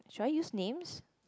shall I use names